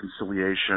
reconciliation